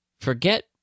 Forget